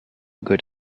good